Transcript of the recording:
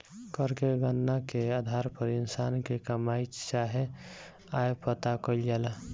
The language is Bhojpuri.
कर के गणना के आधार पर इंसान के कमाई चाहे आय पता कईल जाला